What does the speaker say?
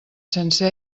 sense